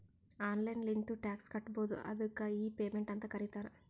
online ಲಿಂತ್ನು tax ಕಟ್ಬೋದು ಅದ್ದುಕ್ ಇ ಪೇಮೆಂಟ್ ಅಂತ್ ಕರೀತಾರ